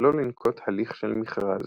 ולא לנקוט הליך של מכרז,